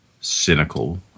cynical